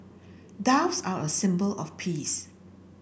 doves are a symbol of peace